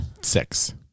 Six